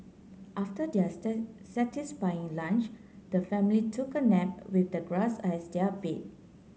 after their satisfying lunch the family took a nap with the grass as their bed